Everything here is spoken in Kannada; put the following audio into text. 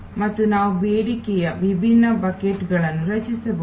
ಮತ್ತು ನಾವು ಬೇಡಿಕೆಯ ವಿಭಿನ್ನ ಬಕೆಟ್ಗಳನ್ನು ರಚಿಸಬಹುದು